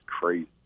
crazy